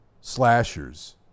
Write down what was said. slashers